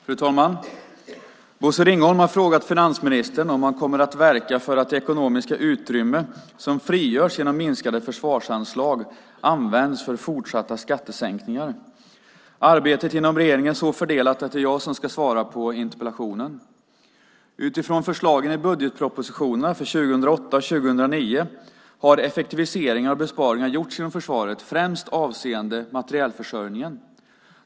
Fru talman! Bosse Ringholm har frågat finansministern om han kommer att verka för att det ekonomiska utrymme som frigörs genom minskade försvarsanslag används för fortsatta skattesänkningar. Arbetet inom regeringen är så fördelat att det är jag som ska svara på interpellationen. Utifrån förslagen i budgetpropositionerna för 2008 och 2009 har effektiviseringar och besparingar gjorts inom försvaret, främst avseende materielförsörjningen.